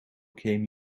came